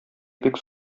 бик